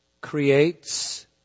creates